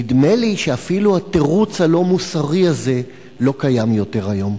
נדמה לי שאפילו התירוץ הלא-מוסרי הזה לא קיים יותר היום.